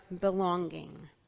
belonging